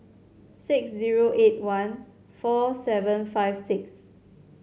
six zero eight one four seven five six